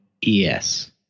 yes